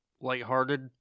lighthearted